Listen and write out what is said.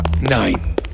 Nine